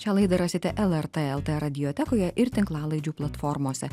šią laidą rasite lrt lt radiotekoje ir tinklalaidžių platformose